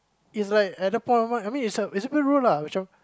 is like at the point of time I mean it's it's a bit rude lah